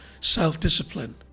self-discipline